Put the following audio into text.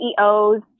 CEOs